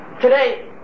Today